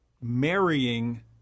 marrying